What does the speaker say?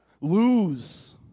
lose